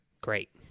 great